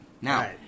Now